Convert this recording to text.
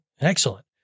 Excellent